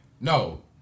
No